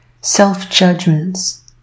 self-judgments